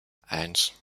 eins